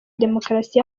demokarasi